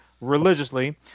religiously